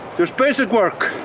just basic work.